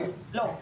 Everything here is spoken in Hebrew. לא,